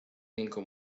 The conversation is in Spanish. cinco